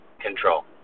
control